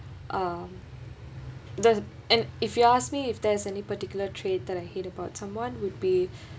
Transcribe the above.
uh there's and if you ask me if there's any particular trait that I hate about someone would be